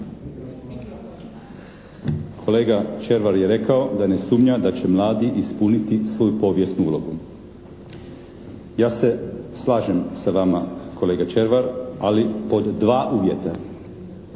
Kolega Červar je rekao da ne sumnja da će mladi ispuniti svoju povijesnu ulogu. Ja se slažem sa vama, kolega Červar, ali pod dva uvjeta.